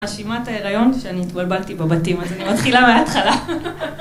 מאשימה את ההיריון שאני התבלבלתי בבתים, אז אני מתחילה מההתחלה.